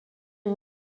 une